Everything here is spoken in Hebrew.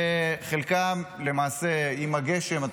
וחלקם בגשם.